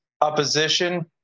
opposition